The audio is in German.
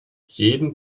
jeden